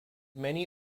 many